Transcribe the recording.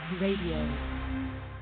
Radio